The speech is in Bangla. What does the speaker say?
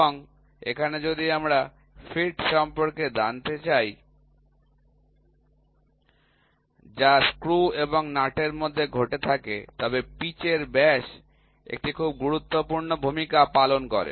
এবং এখানে যদি আমরা ফিট সম্পর্কে কথা বলতে চাই যা স্ক্রু এবং নাট এর মধ্যে ঘটে থাকে তবে পিচ ব্যাস একটি খুব গুরুত্বপূর্ণ ভূমিকা পালন করে